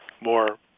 more